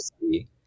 see